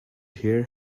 hear